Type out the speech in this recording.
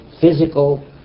physical